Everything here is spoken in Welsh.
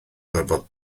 gorfod